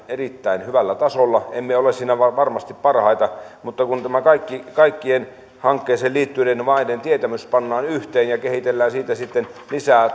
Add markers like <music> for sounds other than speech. erittäin hyvällä tasolla emme ole siinä varmasti parhaita mutta kun tämä kaikkien hankkeeseen liittyneiden maiden tietämys pannaan yhteen ja kehitellään siitä sitten lisää <unintelligible>